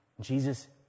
Jesus